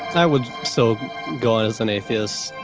i would so go as an atheist.